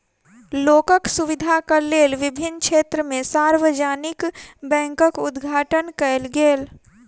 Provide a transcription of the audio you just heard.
लोकक सुविधाक लेल विभिन्न क्षेत्र में सार्वजानिक बैंकक उद्घाटन कयल गेल